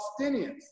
Palestinians